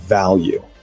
value